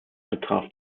betraf